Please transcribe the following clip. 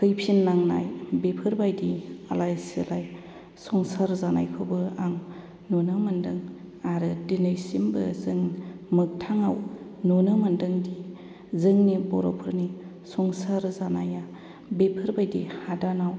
फैफिननांनाय बेफोरबायदि आलाय सिलाय संसार जानायखौबो आं नुनो मोनदों आरो दिनैसिमबो जों मोगथांआव नुनो मोनदोंदि जोंनि बर'फोरनि संसार जानाया बेफोरबायदि हादानाव